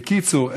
בקיצור,